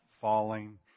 falling